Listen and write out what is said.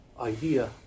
idea